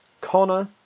Connor